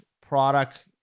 product